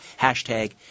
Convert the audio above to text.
Hashtag